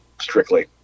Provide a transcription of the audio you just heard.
strictly